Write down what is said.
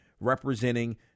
representing